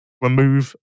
remove